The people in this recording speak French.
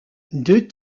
deux